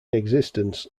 existence